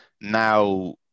now